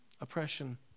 oppression